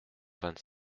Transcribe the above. vingt